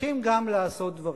צריכים גם לעשות דברים.